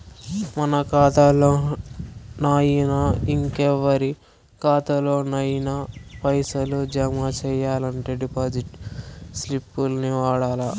మన కాతాల్లోనయినా, ఇంకెవరి కాతాల్లోనయినా పైసలు జమ సెయ్యాలంటే డిపాజిట్ స్లిప్పుల్ని వాడల్ల